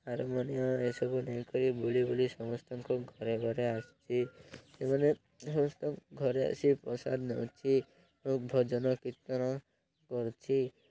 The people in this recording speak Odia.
ହାରମୋନିୟମ୍ ଏସବୁ ନେଇକରି ବୁଲି ବୁଲି ସମସ୍ତଙ୍କ ଘରେ ଘରେ ଆସୁଛି ସେମାନେ ସମସ୍ତଙ୍କ ଘରେ ଆସି ପ୍ରସାଦ ନେଉଛି ଏବଂ ଭଜନ କୀର୍ତ୍ତନ କରୁଛି